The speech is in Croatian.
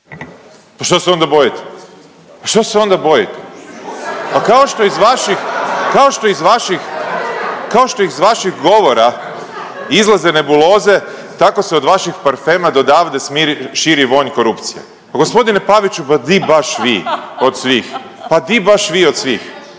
kao što iz vaših, kao što iz vaših govora izlaze nebuloze, tako se od vaših parfema do davde smiri, širi vonj korupcije. Pa gospodine Paviću pa di baš vi od svih. Pa di baš vi od svih.